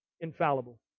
infallible